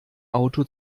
auto